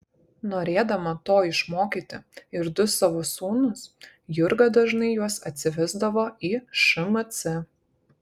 norėdama to išmokyti ir du savo sūnus jurga dažnai juos atsiveda į šmc